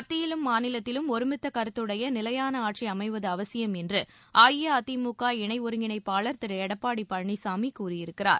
மத்தியிலும் மாநிலத்திலும் ஒருமித்த கருத்துடைய நிலையான ஆட்சி அமைவது அவசியம் என்று அஇஅதிமுக இணை ஒருங்கிணைப்பாளர் திரு எடப்பாடி பழனிசாமி கூறியிருக்கிறார்